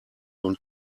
und